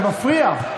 זה מפריע.